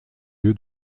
lieu